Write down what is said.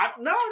no